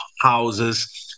houses